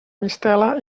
mistela